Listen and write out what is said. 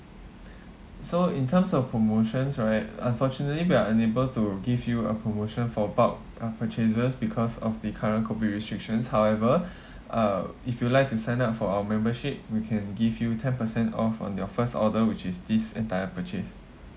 so in terms of promotions right unfortunately we are unable to give you a promotion for bulk uh purchases because of the current COVID restrictions however uh if you'd like to sign up for our membership we can give you ten percent off on your first order which is this entire purchase